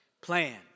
plan